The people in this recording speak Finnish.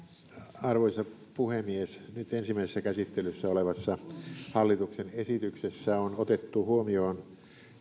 arvoisa puhemies nyt ensimmäisessä käsittelyssä olevassa hallituksen esityksessä on otettu huomioon